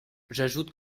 j’ajoute